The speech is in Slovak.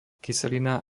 kyselina